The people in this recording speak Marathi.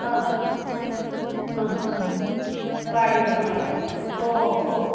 हां हां वाडी हां हो हो हो